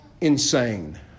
insane